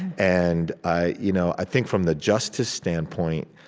and i you know i think, from the justice standpoint,